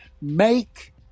make